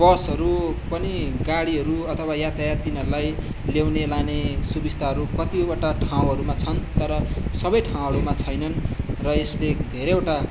बसहरू पनि गाडीहरू अथवा यातायात तिनीहरूलाई ल्याउने लाने सुविस्ताहरू कतिवटा ठाउँहरूमा छन् तर सबै ठाउँहरूमा छैनन् र यसले धेरैवटा